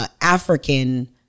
African